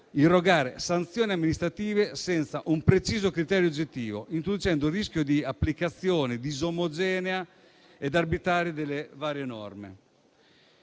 irrogare sanzioni amministrative senza un preciso criterio oggettivo, introducendo il rischio di applicazione disomogenea e arbitraria delle varie norme.